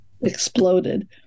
exploded